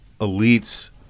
elites